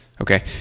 okay